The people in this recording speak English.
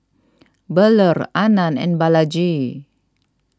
Bellur Anand and Balaji